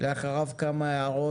לאחר מכן, נשמע כמה הערות